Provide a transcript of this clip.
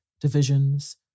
divisions